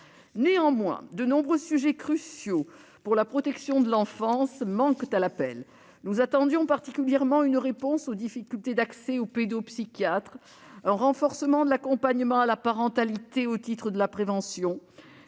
Néanmoins, de nombreux sujets cruciaux pour la protection de l'enfance n'y sont pas abordés : nous attendions particulièrement une réponse aux difficultés d'accès aux pédopsychiatres, un renforcement de l'accompagnement à la parentalité au titre de la prévention,